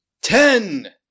Ten